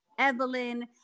Evelyn